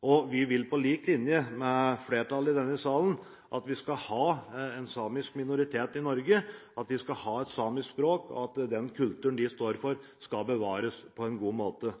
historien. Vi vil – på lik linje med flertallet i denne salen – at vi skal ha en samisk minoritet i Norge, at vi skal ha et samisk språk, og at kulturen de står for, skal bevares på en god måte.